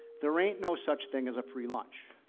there ain't no such thing as a free lunch,